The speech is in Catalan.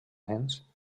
nens